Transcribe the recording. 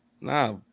nah